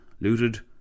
looted